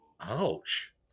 Ouch